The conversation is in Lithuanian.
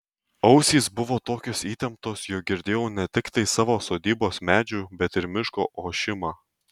ausys buvo tokios įtemptos jog girdėjau ne tiktai savo sodybos medžių bet ir miško ošimą